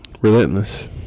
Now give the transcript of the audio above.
Relentless